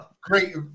Great